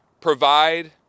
provide